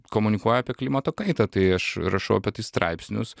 komunikuoju apie klimato kaitą tai aš rašau apie tai straipsnius